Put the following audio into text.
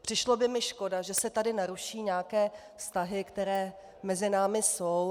Přišlo by mi škoda, že se tady naruší nějaké vztahy, které mezi námi jsou.